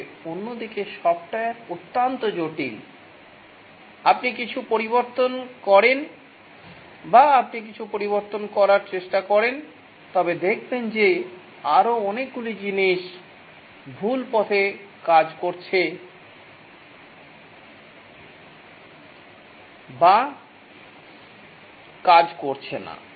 তবে অন্যদিকে সফ্টওয়্যার অত্যন্ত জটিল আপনি কিছু পরিবর্তন করেন বা আপনি কিছু পরিবর্তন করার চেষ্টা করেন তবে দেখবেন যে আরও অনেকগুলি জিনিস ভুল পথে কাজ করছে বা কাজ করছে না